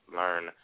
learn